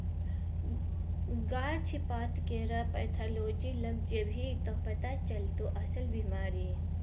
गाछ पातकेर पैथोलॉजी लग जेभी त पथा चलतौ अस्सल बिमारी